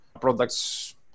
products